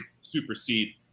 supersede